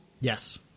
Yes